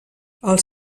els